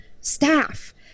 staff